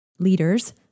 leaders